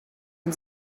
den